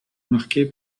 marquée